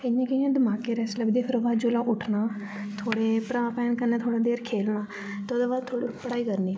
खेलने एह्दे कन्ने दमाका दी रैस्ट लब्बदी ते फिर ओह्दे बाद जोल्लै उठना थोह्ड़े भैन भ्रा कन्नै थोह्ड़ा देर खेलना ते ओह्दे बाद थोह्ड़ी पढ़ाई करनी